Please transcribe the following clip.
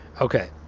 Okay